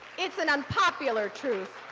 it's an unpopular truth.